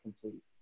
complete